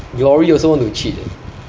glory also want to cheat eh